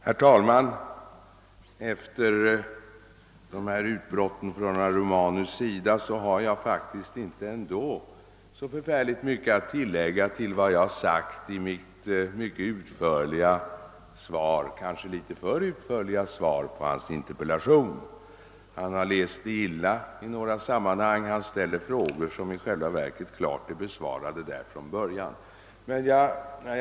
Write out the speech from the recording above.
Herr talman! Efter de här utbrotten från herr Romanus” sida har jag faktiskt inte ändå så särskilt mycket att tillägga utöver vad jag har sagt i mitt mycket utförliga, kanske litet för utförliga svar på hans interpellation. Han har läst det illa på några punkter. Han ställer frågor som i själva verket klart är besvarade från början av mig.